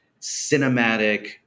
cinematic